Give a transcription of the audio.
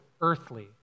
earthly